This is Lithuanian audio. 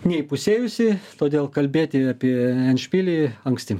neįpusėjusi todėl kalbėti apie endšpilį anksti